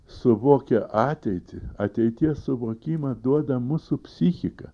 suvokia ateitį ateities suvokimą duoda mūsų psichika